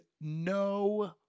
no